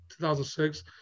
2006